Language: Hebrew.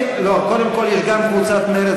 לא, קודם כול, יש גם קבוצת מרצ